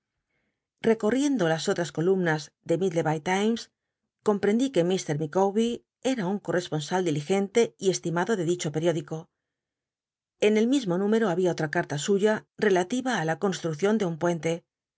obras llecorriendo las otras columnas de mi deba is comprendí que mr iiicawber era un corresponsal diligen te y estimado de dicho peiódico en el mismo número babia otra carla suya relativa á la conslruccion de un puente